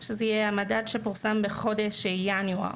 שזה יהיה המדד שפורסם בחודש ינואר.